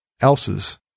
else's